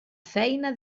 feina